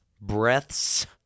Breaths